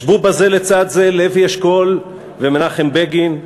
ישבו בה זה לצד זה לוי אשכול ומנחם בגין,